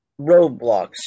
Roadblocks